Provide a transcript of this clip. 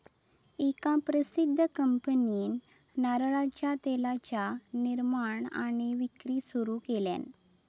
एका प्रसिध्द कंपनीन नारळाच्या तेलाचा निर्माण आणि विक्री सुरू केल्यान